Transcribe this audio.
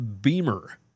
Beamer